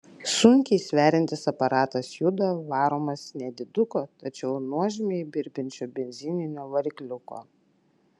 sunkiai sveriantis aparatas juda varomas nediduko tačiau nuožmiai birbiančio benzininio varikliuko